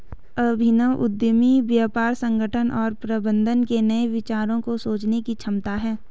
अभिनव उद्यमी व्यापार संगठन और प्रबंधन के नए विचारों को सोचने की क्षमता है